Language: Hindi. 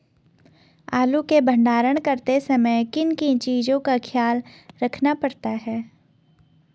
आलू के भंडारण करते समय किन किन चीज़ों का ख्याल रखना पड़ता है?